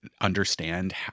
understand